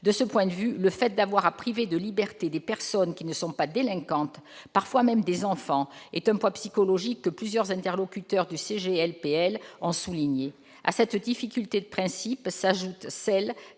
De ce point de vue, le fait d'avoir à priver de liberté des personnes qui ne sont pas délinquantes, parfois même des enfants, est un poids psychologique que plusieurs interlocuteurs du CGLPL ont souligné. À cette difficulté de principe s'ajoute celle